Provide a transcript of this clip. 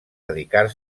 dedicar